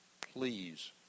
Please